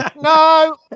No